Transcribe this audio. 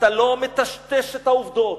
אתה לא מטשטש את העובדות.